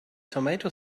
tomato